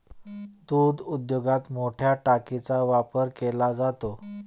दूध उद्योगात मोठया टाकीचा वापर केला जातो